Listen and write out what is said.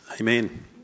Amen